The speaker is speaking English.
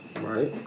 right